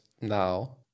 now